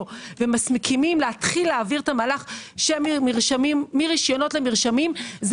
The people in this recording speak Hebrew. ומסכימים להתחיל להעביר את המהלך של מרשיונות למרשמים זה